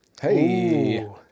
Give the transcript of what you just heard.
Hey